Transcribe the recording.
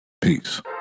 Peace